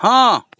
ହଁ